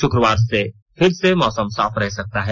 शुक्रवार से फिर से मौसम साफ रह सकता है